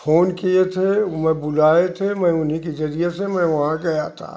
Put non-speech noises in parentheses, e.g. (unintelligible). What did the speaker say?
phone किए थे (unintelligible) बुलाए थे मैं उन्हीं के ज़रिए से मैं वहाँ गया था